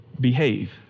behave